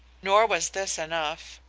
nor was this enough.